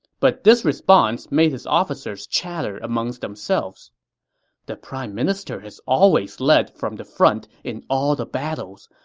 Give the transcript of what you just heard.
but this response made his officers chatter amongst themselves the prime minister has always led from the front in all the battles.